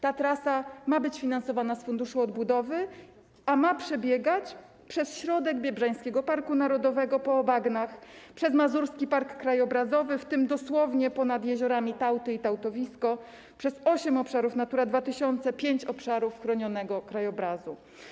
Ta trasa ma być finansowana z funduszu odbudowy i ma przebiegać przez środek Biebrzańskiego Parku Narodowego, po bagnach, przez Mazurski Park Krajobrazowy, w tym dosłownie nad jeziorami Tałty i Tałtowisko, przez osiem obszarów Natura 2000, pięć obszarów chronionego krajobrazu.